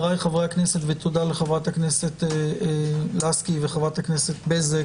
תודה לחברת הכנסת לסקי וחברת הכנסת בזק